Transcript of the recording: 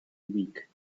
week